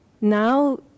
now